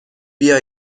بیا